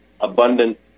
abundant